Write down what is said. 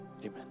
amen